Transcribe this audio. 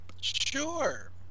Sure